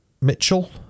Mitchell